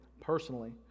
personally